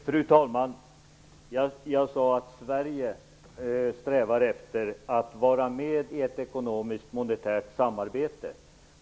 Fru talman! Jag sade att Sverige strävar efter att vara med i ett ekonomiskt och monetärt samarbete.